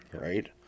right